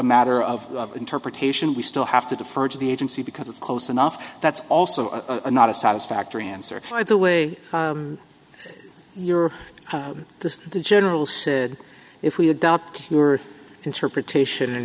matter of interpretation we still have to defer to the agency because it's close enough that's also a not a satisfactory answer by the way you're this the general said if we adopt your interpretation and